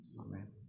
amen